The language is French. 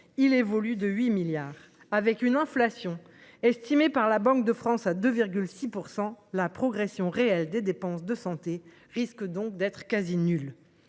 il évolue de 8 milliards. Avec une inflation estimée par la Banque de France à 2,6 %, la progression réelle des dépenses de santé risque donc d’être quasi nulle.